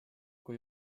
kui